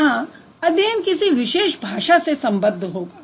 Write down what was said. यहाँ अध्ययन किसी विशेष भाषा से सम्बद्ध होगा